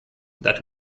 that